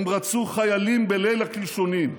הם רצחו חיילים בליל הקלשונים.